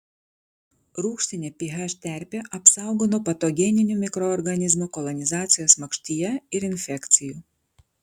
rūgštinė ph terpė apsaugo nuo patogeninių mikroorganizmų kolonizacijos makštyje ir infekcijų